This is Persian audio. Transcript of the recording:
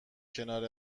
کنار